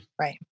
right